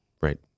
right